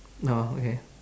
ah okay